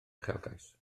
uchelgais